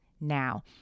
Now